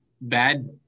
bad